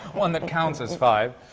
one that counts as five.